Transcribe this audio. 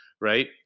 right